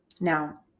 Now